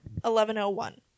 1101